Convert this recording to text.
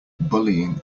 bullying